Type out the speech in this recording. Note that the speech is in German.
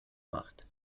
macht